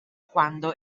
quando